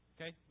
Okay